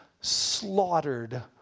slaughtered